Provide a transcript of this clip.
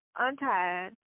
untied